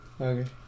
Okay